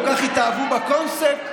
כל כך התאהבו בקונספט,